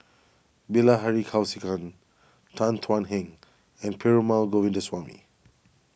Bilahari Kausikan Tan Thuan Heng and Perumal Govindaswamy